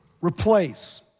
replace